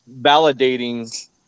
validating